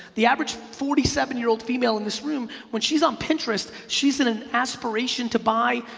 the average forty seven year old female in this room, when she's on pinterest, she's in an aspiration to buy,